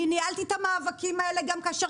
אני ניהלתי את המאבקים האלה גם כאשר